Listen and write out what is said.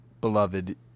beloved